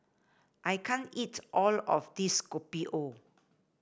I can't eat all of this Kopi O